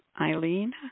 Eileen